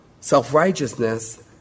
self-righteousness